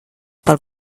pel